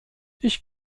ich